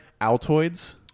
Altoids